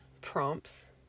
prompts